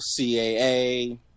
CAA